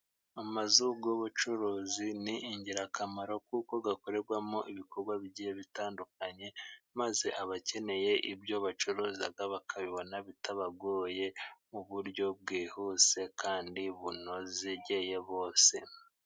Amazu y'ubucuruzi ni ingirakamaro kuko akorerwamo ibikorwa bigiye bitandukanye, maze abakeneye ibyo bacuruza bakabibona bitabagoye mu buryo bwihuse kandi bunogeye bose.